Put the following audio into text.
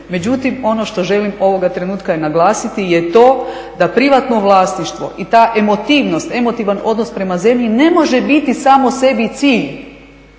međutim ono što želim ovoga trenutka i naglasiti je i to da privatno vlasništvo i ta emotivnost, emotivan odnos prema zemlji ne može biti samo sebi cilj